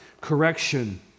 correction